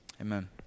amen